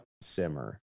simmer